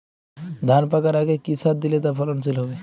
ধান পাকার আগে কি সার দিলে তা ফলনশীল হবে?